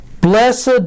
Blessed